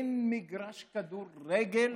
אין מגרש כדורגל.